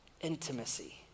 Intimacy